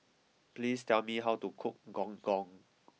please tell me how to cook Gong Gong